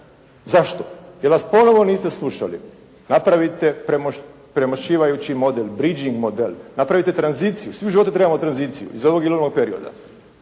Zašto? Jer nas ponovo niste slušali. Napravite premošćivajući model «bridgeing model». Napravite tranziciju. Svi u životu trebamo tranziciju iz ovog ili onog perioda.